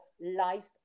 life